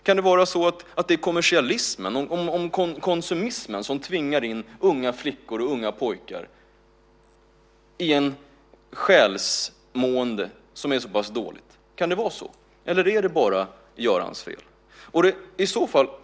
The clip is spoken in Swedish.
Kan det vara kommersialismen och konsumismen som tvingar in unga flickor och pojkar i ett själsligt illamående? Kan det vara så, eller är det bara Görans fel?